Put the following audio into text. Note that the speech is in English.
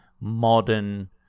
modern